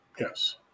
Yes